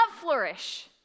flourish